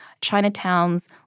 Chinatowns